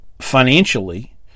financially